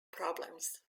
problems